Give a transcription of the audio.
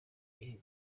imwe